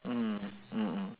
mm mm mm